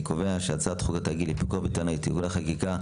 הצבעה אושר אני קובע שהצעת חוק התאגיד לפיקוח וטרינרי (תיקוני חקיקה),